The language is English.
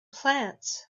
plants